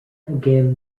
again